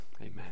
amen